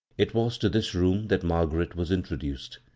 it was to this room that margaret was in troduced.